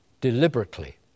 deliberately